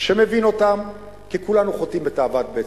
שמבין אותם, כי כולנו חוטאים בתאוות בצע: